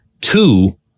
two